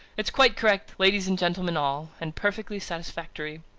it's quite correct, ladies and gentlemen all, and perfectly satisfactory.